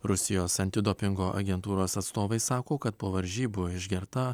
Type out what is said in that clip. rusijos antidopingo agentūros atstovai sako kad po varžybų išgerta